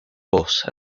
force